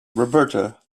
roberta